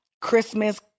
Christmas